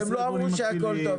הם לא אמרו שהכול טוב.